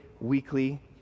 weekly